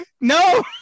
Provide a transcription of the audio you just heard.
No